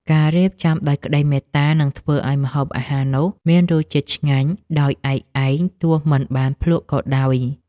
ការរៀបចំដោយក្តីមេត្តានឹងធ្វើឱ្យម្ហូបអាហារនោះមានរសជាតិឆ្ងាញ់ដោយឯកឯងទោះមិនបានភ្លក្សក៏ដោយ។